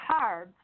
carbs